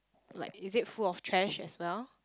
like is it full of trash as well